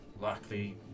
likely